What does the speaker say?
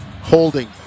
holding